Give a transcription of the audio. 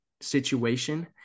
situation